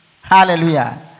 hallelujah